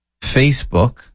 Facebook